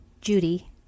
Judy